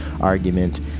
argument